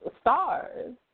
stars